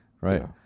right